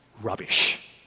rubbish